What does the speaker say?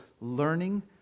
learning